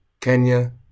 Kenya